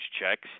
checks